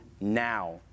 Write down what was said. now